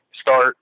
start